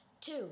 Two